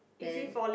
then